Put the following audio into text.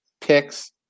picks